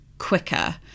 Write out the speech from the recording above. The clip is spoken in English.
Quicker